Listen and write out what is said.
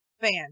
fan